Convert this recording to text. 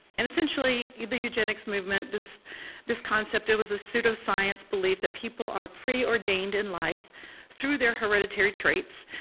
and essentially the eugenics movement, this this concept, it was a pseudo-science belief that people are pre-ordained in life through their hereditary traits,